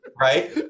right